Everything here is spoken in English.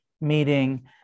meeting